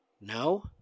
No